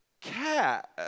cat